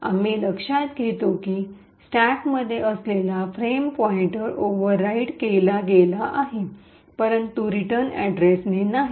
आम्ही लक्षात घेतो की स्टॅकमध्ये असलेला फ्रेम पॉईंटर ओव्हर राईट केला गेला आहे परंतु रिटर्न अड्रेसने नाही